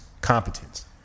competence